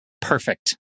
perfect